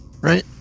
right